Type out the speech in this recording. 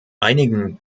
einigen